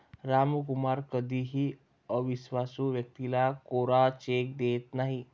रामकुमार कधीही अविश्वासू व्यक्तीला कोरा चेक देत नाही